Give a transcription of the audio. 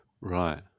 Right